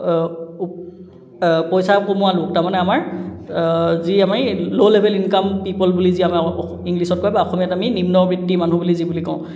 পইচা কমোৱা লোক তাৰমানে আমাৰ যি আমি ল' লেভেল ইনকাম পিপল বুলি যি আমাৰ ইংলিছত কয় বা অসমীয়াত আমি নিম্ন বিত্তি মানুহ বুলি যি বুলি কওঁ